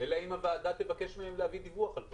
אלא אם הוועדה תבקש מהם להביא דיווח על זה.